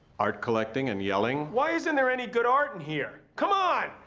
art collecting and yelling. why isn't there any good art in here? come on!